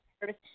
service